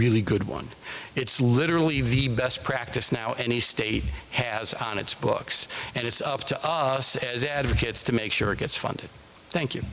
really good one it's literally the best practice now any state has on its books and it's up to advocates to make sure it gets funded thank you